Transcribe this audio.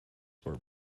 were